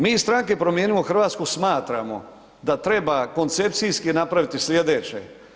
Mi iz Stranke Promijenimo Hrvatsku smatramo da treba koncepcijski napraviti slijedeće.